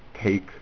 take